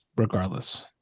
regardless